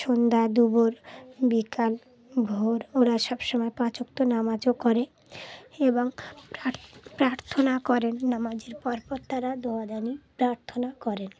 সন্ধ্যা দুপুর বিকাল ভোর ওরা সবসময় পাঁচ ওয়াক্ত নামাজও করে এবং প্রার্থনা করেন নামাজের পরপর তারা প্রার্থনা করেন